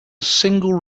single